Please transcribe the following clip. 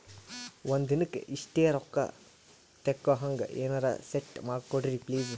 ಒಂದಿನಕ್ಕ ಇಷ್ಟೇ ರೊಕ್ಕ ತಕ್ಕೊಹಂಗ ಎನೆರೆ ಸೆಟ್ ಮಾಡಕೋಡ್ರಿ ಪ್ಲೀಜ್?